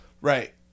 right